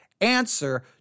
answer